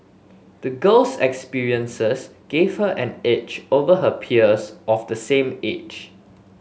the girl's experiences gave her an edge over her peers of the same age